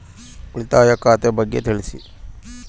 ಉಳಿತಾಯ ಖಾತೆ ಬಗ್ಗೆ ತಿಳಿಸಿ?